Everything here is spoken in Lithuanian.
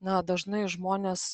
na dažnai žmonės